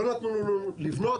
לא נתנו לנו לבנות,